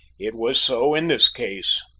it was so in this case.